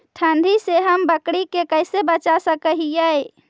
ठंडी से हम बकरी के कैसे बचा सक हिय?